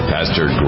Pastor